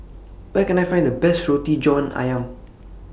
Where Can I Find The Best Roti John Ayam